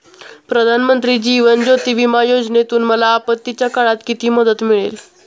प्रधानमंत्री जीवन ज्योती विमा योजनेतून मला आपत्तीच्या काळात किती मदत मिळेल?